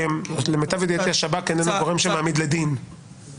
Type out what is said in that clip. למיטב ידעתי השב"כ איננו גורם שמעמיד לדין אלא הפרקליטות.